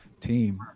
team